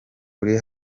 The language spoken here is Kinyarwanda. uri